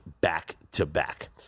back-to-back